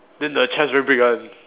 then the chest very big one